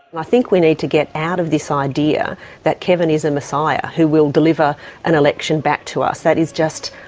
i think we need to get out of this idea that kevin is a messiah who will deliver an election back to us, that is just,